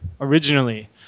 originally